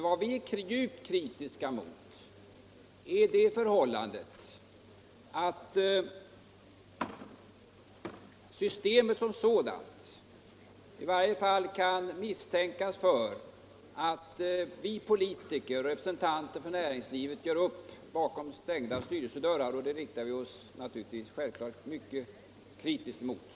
Vad vi är djupt kritiska mot är det förhållandet att systemet som sådant gör att vi politiker och representanter för näringslivet kan misstänkas för att göra upp bakom stängda styrelsedörrar.